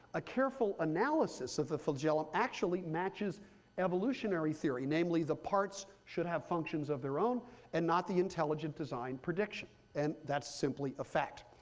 a careful analysis of the flagellum actually matches evolutionary theory. namely, the parts should have functions of their own and not the intelligent design prediction. and that's simply a fact.